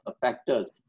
factors